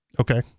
Okay